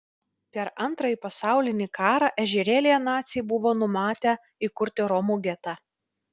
per antrąjį pasaulinį karą ežerėlyje naciai buvo numatę įkurti romų getą